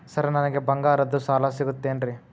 Sir ನನಗೆ ಬಂಗಾರದ್ದು ಸಾಲ ಸಿಗುತ್ತೇನ್ರೇ?